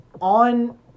on